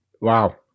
Wow